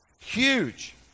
Huge